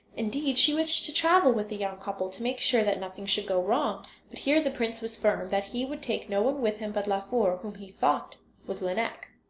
indeed she wished to travel with the young couple, to make sure that nothing should go wrong but here the prince was firm, that he would take no one with him but laufer, whom he thought was lineik.